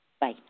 Bye